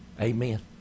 Amen